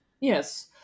Yes